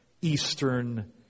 eastern